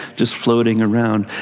just floating around.